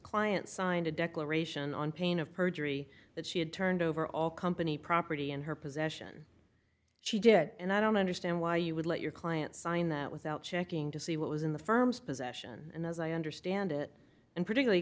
sklansky signed a declaration on pain of perjury that she had turned over all company property in her possession she did and i don't understand why you would let your client sign that without checking to see what was in the firm's possession and as i understand it and particularly